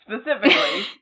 specifically